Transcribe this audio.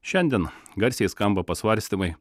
šiandien garsiai skamba pasvarstymai